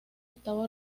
estaba